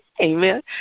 Amen